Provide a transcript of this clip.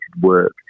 work